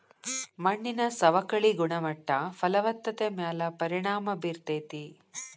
ಮಣ್ಣಿನ ಸವಕಳಿ ಗುಣಮಟ್ಟ ಫಲವತ್ತತೆ ಮ್ಯಾಲ ಪರಿಣಾಮಾ ಬೇರತತಿ